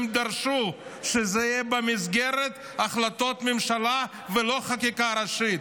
הם דרשו שזה יהיה במסגרת החלטות ממשלה ולא בחקיקה ראשית.